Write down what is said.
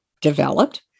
developed